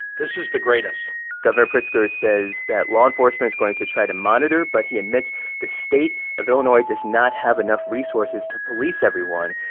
this is the greatest governor pritzker says that law enforcement is going to try to monitor, but he admits the state of illinois does not have enough resources to police everyone.